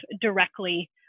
directly